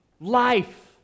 life